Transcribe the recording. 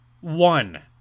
One